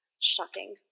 Shocking